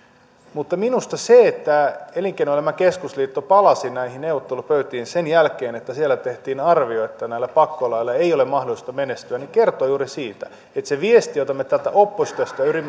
mutta minusta se että elinkeinoelämän keskusliitto palasi näihin neuvottelupöytiin sen jälkeen että siellä tehtiin arvio että näillä pakkolailla ei ole mahdollisuutta menestyä kertoo juuri siitä viestistä jota me täältä oppositiosta